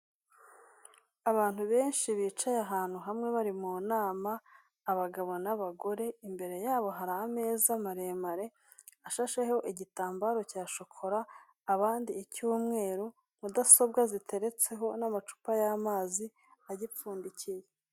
Abantu benshi bicaye ahantu hamwe bari mu nama abagabo n'abagore, imbere yabo hari ameza maremare ashasheho igitambaro cya shokora abandi icy'umweru, mudasobwa ziteretseho n'amacupa y'amazi agipfundikiye.